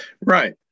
Right